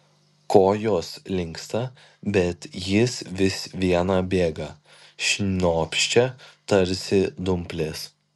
kojos linksta bet jis vis viena bėga šnopščia tarsi dumplės